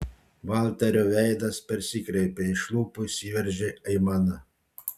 valterio veidas persikreipė iš lūpų išsiveržė aimana